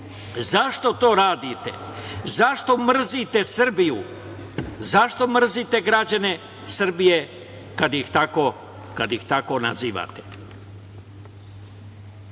Zašto to radite? Zašto mrzite Srbiju? Zašto mrzite građane Srbije, kada ih tako nazivate? Znam